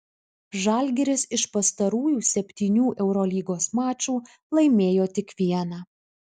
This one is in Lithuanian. žalgiris iš pastarųjų septynių eurolygos mačų laimėjo tik vieną